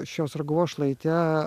šios raguvos šlaite